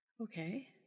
Okay